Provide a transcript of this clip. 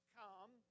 come